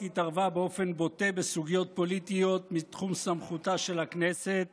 התערבה באופן בוטה בסוגיות פוליטיות מתחום סמכותה של הכנסת